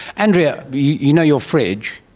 andrea, you know your fridge,